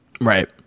Right